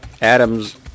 Adams